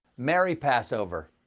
merry passover.